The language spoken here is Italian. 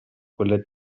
quelle